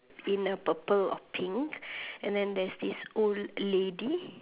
in a purple or pink and then there's this old lady